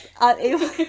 unable